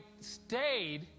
stayed